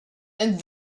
and